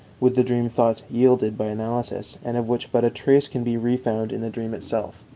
with the dream thoughts yielded by analysis, and of which but a trace can be refound in the dream itself.